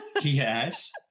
yes